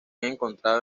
encontrado